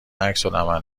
عکسالعمل